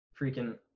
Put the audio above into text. freaking